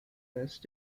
last